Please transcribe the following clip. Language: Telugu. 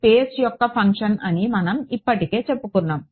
స్పేస్ యొక్క ఫంక్షన్ అని మనం ఇప్పటికే చెప్పుకున్నాం